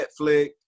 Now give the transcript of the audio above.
Netflix